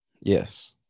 Yes